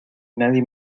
nadie